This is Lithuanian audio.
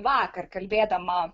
vakar kalbėdama